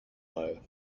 low